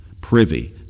privy